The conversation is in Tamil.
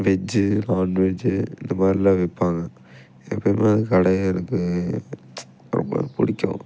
வெஜ்ஜி நான்வெஜ்ஜி இந்தமாதிரில்லாம் விற்பாங்க கடையை எனக்கு ரொம்ப பிடிக்கும்